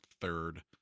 third